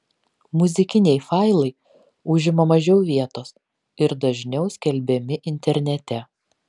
muzikiniai failai užima mažiau vietos ir dažniau skelbiami internete